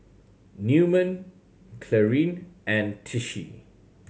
Newman Clarine and Tishie